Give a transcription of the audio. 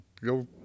go